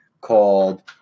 called